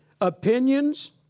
opinions